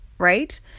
right